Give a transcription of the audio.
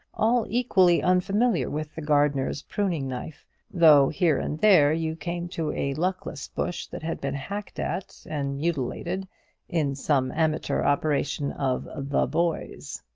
all equally unfamiliar with the gardener's pruning knife though here and there you came to a luckless bush that had been hacked at and mutilated in some amateur operations of the boys.